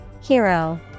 Hero